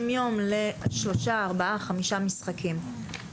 לכתוב לשלושה-ארבעה-חמישה משחקים במקום 60 יום?